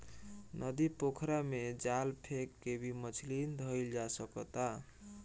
नदी, पोखरा में जाल फेक के भी मछली धइल जा सकता